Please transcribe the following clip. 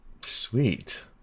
sweet